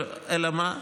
אלא מה?